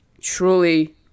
truly